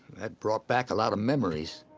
that brought back a lot of memories.